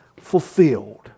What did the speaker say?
fulfilled